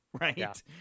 Right